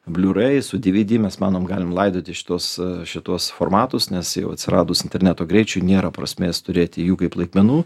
bliurais su dvd mes manom galim laidoti šituos šituos formatus nes jau atsiradus interneto greičiui nėra prasmės turėti jų kaip laikmenų